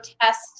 test